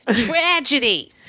Tragedy